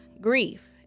Grief